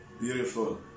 beautiful